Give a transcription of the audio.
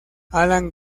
alan